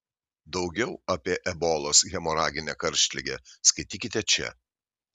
daugiau apie ebolos hemoraginę karštligę skaitykite čia